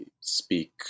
speak